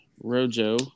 Rojo